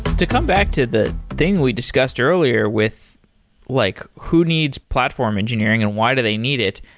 to come back to the thing we discussed earlier with like who needs platform engineering and why do they need it,